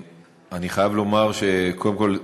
אני חייב לומר שקודם כול,